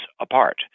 apart